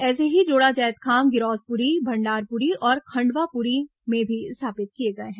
ऐसे ही जोड़ा जैतखाम गिरौदपुरी भंडारपुरी और खंडवापुरी में भी स्थापित किए गए हैं